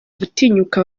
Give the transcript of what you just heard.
gutinyuka